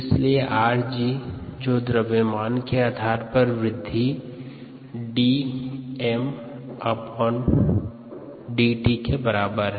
इसलिए 𝑟𝑔 जो द्रव्यमान के आधार पर वृद्धि दर ddt के बराबर है